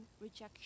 rejection